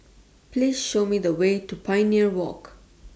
Please Show Me The Way to Pioneer Walk